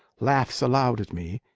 laughs aloud at me,